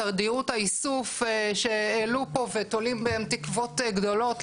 תדירות האיסוף שהעלו פה ותולים בהם תקוות גדולות.